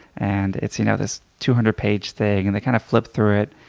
and it's you know this two hundred page thing and they kind of flip through it.